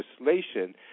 legislation